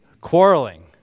quarreling